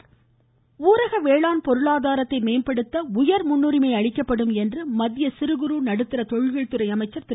நிதின் கட்காரி வேளாண் பொருளாதாரத்தை மேம்படுத்த ஊரக உயர் முன்றுரிமை அளிக்கப்படும் என்று மத்திய சிறுகுறு நடுத்தர தொழில்துறை அமைச்சர் திரு